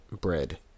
Bread